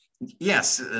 Yes